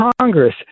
Congress